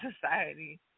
society